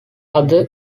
other